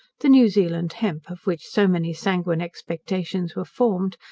the new zealand hemp, of which so many sanguine expectations were formed,